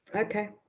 Okay